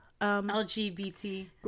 LGBT